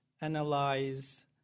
analyze